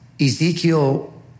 Ezekiel